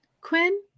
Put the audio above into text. Quinn